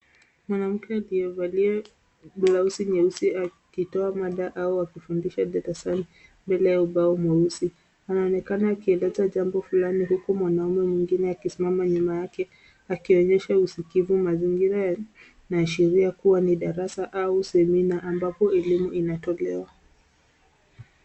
Mwanamke aliyevalia blauzi nyeusi akitoa mada au akifundisha darasani mbele ya ubao mweusi. Anaonekana akieleza jambo fulani huku mwanamume mwingine akisimama nyuma yake akionyesha usikivu. Mazingira yanaashiria kuwa ni darasa au semina ambapo elimu inatolewa.